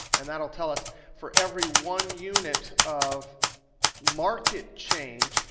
and that'll tell us for every one unit of market change,